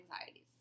anxieties